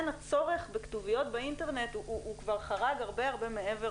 הצורך בכתוביות באינטרנט חרג כבר הרבה מעבר